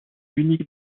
l’unique